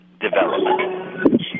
development